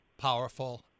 powerful